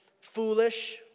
Foolish